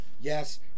Yes